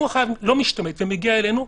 אם החייב לא משתמט ומגיע אלינו,